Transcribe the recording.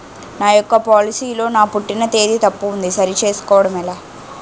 నా యెక్క పోలసీ లో నా పుట్టిన తేదీ తప్పు ఉంది సరి చేసుకోవడం ఎలా?